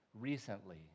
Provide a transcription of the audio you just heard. recently